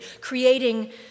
creating